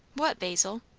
what, basil?